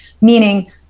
meaning